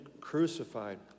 crucified